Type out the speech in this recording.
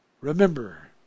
remember